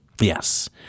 Yes